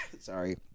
Sorry